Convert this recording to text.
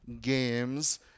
Games